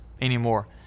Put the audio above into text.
anymore